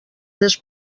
més